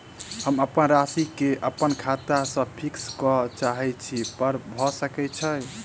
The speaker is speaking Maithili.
हम अप्पन राशि केँ अप्पन खाता सँ फिक्स करऽ चाहै छी भऽ सकै छै?